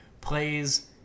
plays